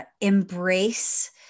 embrace